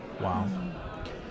Wow